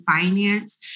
finance